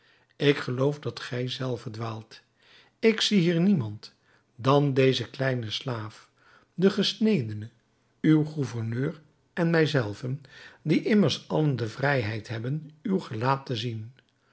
ik geloof dat gij zelve dwaalt ik zie hier niemand dan dezen kleinen slaaf den gesnedene uw gouverneur en mij zelven die immers allen de vrijheid hebben uw gelaat te zien